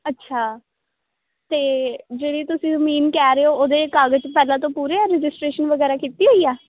ਅੱਛਾ ਤਾਂ ਜਿਹੜੀ ਤੁਸੀਂ ਜ਼ਮੀਨ ਕਹਿ ਰਹੇ ਹੋ ਉਹਦੇ ਕਾਗਜ਼ ਪਹਿਲਾਂ ਤੋਂ ਪੂਰੇ ਹੈ ਰਜਿਸਟਰੇਸ਼ਨ ਵਗੈਰਾ ਕੀਤੀ ਹੋਈ ਆ